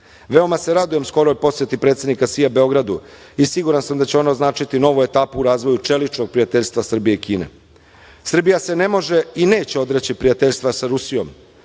Veoma se radujem skoroj poseti predsednika Sija Beogradu i siguran sam da će ono označiti novu etapu čeličnog prijateljstva Srbije i Kine. Srbija se ne može i neće odreći prijateljstva sa Rusijom,